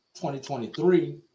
2023